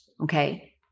okay